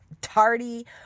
tardy